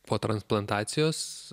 po transplantacijos